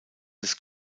des